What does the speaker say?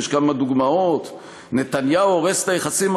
יש כמה דוגמאות: "נתניהו הורס את היחסים עם